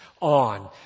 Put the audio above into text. on